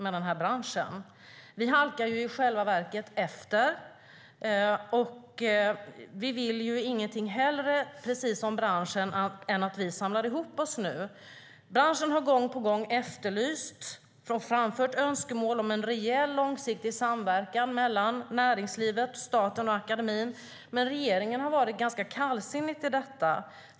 I själva verket halkar vi efter. Precis som branschen vill vi ingenting hellre än att vi nu samlar ihop oss. Branschen har gång på gång efterlyst och framfört önskemål om en rejäl långsiktig samverkan mellan näringslivet, staten och akademin. Men regeringen har varit ganska kallsinnig till detta.